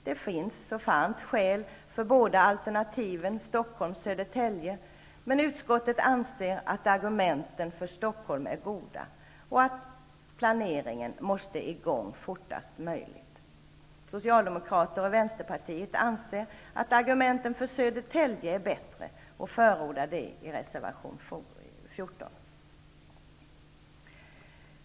Det finns och fanns skäl för båda alternativen, Stockholm och Södertälje, men utskottet anser att argumenten för Stockholm är goda och att planeringen måste sättas i gång fortast möjligt. Socialdemokraterna och Vänsterpartiet anser att argumenten för Södertälje är bättre och förordar det i reservation 14.